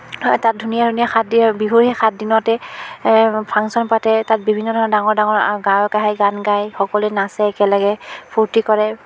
হয় তাত ধুনীয়া ধুনীয়া সাত দিয়া বিহুৰ সেই সাত দিনতে ফাংচন পাতে তাত বিভিন্ন ধৰণৰ ডাঙৰ ডাঙৰ গায়ক আহে গান গায় সকলোৱে নাচে একেলগে ফূৰ্তি কৰে